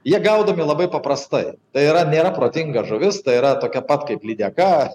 jie gaudomi labai paprastai tai yra nėra protinga žuvis tai yra tokia pat kaip lydeka